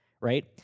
right